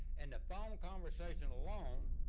and the phone conversation alone,